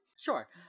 Sure